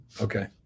Okay